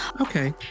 Okay